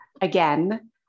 again